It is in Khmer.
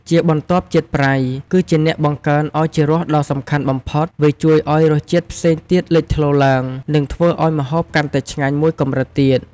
ជាបន្ទាប់ ជាតិប្រៃ គឺជាអ្នកបង្កើនឱជារសដ៏សំខាន់បំផុត វាជួយឱ្យរសជាតិផ្សេងទៀតលេចធ្លោឡើង និងធ្វើឱ្យម្ហូបកាន់តែឆ្ញាញ់មួយកម្រិតទៀត។